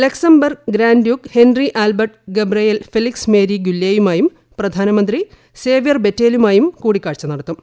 ലക്സം ബർഗ് grand duke Henri Albert Gabriel Felix Marie ഗ്യൂല്ലേയുമായും പ്രധാനമന്ത്രി Xavier ബെറ്റേലുമായും കൂടിക്കാഴ്ച നടത്തും